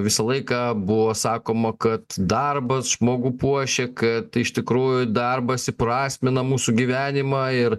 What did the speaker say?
visą laiką buvo sakoma kad darbas žmogų puošia kad iš tikrųjų darbas įprasmina mūsų gyvenimą ir